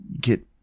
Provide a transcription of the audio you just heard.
get